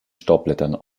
staubblättern